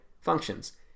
functions